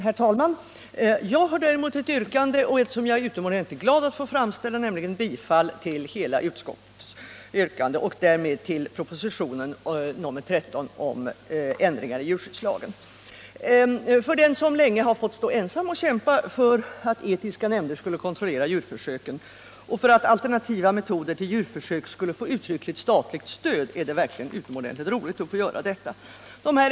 Herr talman! Jag har däremot ett yrkande, och ett som jag är utomordentligt glad över att få framställa, nämligen om bifall till hela utskottets hemställan och därmed till propositionen nr 13 om ändringar i djurskyddslagen. För den som länge ensam har fått kämpa för att etiska nämnder skulle få kontrollera djurförsöken och för att alternativa metoder till djurförsök skulle få uttryckligt statligt stöd är det utomordentligt roligt att få göra detta.